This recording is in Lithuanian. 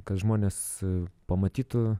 kad žmonės pamatytų